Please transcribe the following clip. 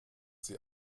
sie